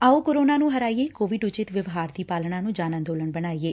ਆਓ ਕੋਰੋਨਾ ਨੁੰ ਹਰਾਈਏਂ ਕੋਵਿਡ ਉਚਿੱਤ ਵਿਵਹਾਰ ਦੀ ਪਾਲਣਾ ਨੂੰ ਜਨ ਅੰਦੋਲਨ ਬਣਾਈਏ